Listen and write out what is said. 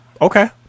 okay